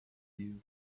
you